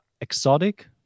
exotic